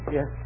Yes